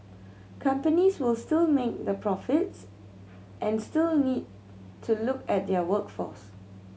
companies will still make the profits and still need to look at their workforce